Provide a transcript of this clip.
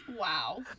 wow